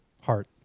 Heart